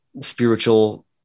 spiritual